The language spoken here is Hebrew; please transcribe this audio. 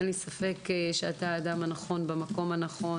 אין לי ספק שאתה האדם הנכון במקום הנכון